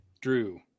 Drew